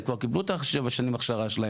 הם כבר קיבלו את שבע שנים ההכשרה.